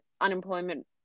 unemployment